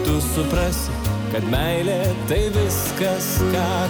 tu suprasi kad meilė tai viskas ką